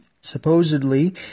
Supposedly